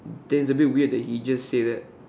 that's a bit weird when he said that